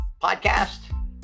podcast